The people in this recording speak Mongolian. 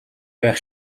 байх